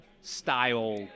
style